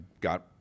got